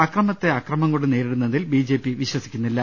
അക്രമത്തെ അക്രമം കൊണ്ട് നേരിടുന്നതിൽ ബി ജെ പി വിശ്വസിക്കുന്നില്ല